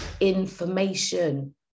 information